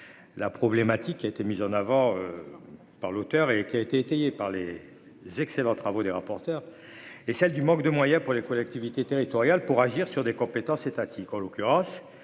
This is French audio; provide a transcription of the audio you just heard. La problématique qui a été mise en avant. Par l'auteur et qui a été étayée par les excellents travaux des rapporteurs et celle du manque de moyens pour les collectivités territoriales pour agir sur des compétences étatiques en l'occurrence